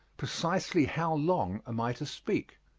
precisely how long am i to speak?